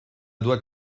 doit